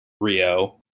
Rio